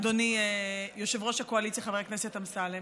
אדוני יושב-ראש הקואליציה חבר הכנסת אמסלם,